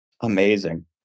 Amazing